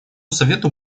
совету